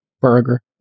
burger